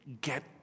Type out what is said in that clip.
Get